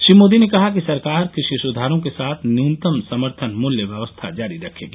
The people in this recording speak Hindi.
श्री मोदी ने कहा कि सरकार कृषि सुधारों के साथ न्यूनतम सम्थन मूल्य व्यवस्था जारी रखेगी